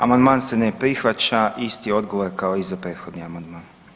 Amandman se ne prihvaća, isti odgovor kao i za prethodni amandman.